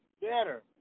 better